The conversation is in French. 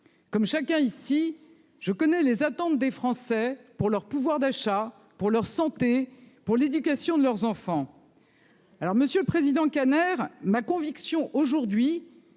Comme chacun ici je connais les attentes des Français pour leur pouvoir d'achat pour leur santé, pour l'éducation de leurs enfants. Alors Monsieur le Président can ma conviction aujourd'hui